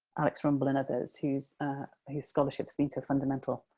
alex rumble, and others whose whose scholarship has been so fundamental.